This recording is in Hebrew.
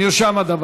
הדבר נרשם.